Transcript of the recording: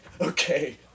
Okay